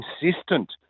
consistent